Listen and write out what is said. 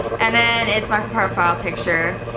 and then it's my profile picture.